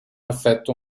effetto